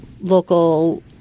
local